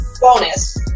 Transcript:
bonus